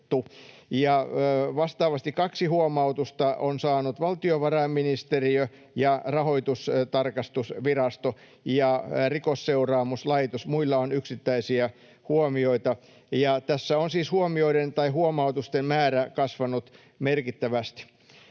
Vastaavasti kaksi huomautusta on saanut valtiovarainministeriö ja Rahoitusvakauvirasto ja Rikosseuraamuslaitos, muilla on yksittäisiä huomioita. Tässä on siis huomautusten määrä kasvanut merkittävästi.